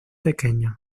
pequeños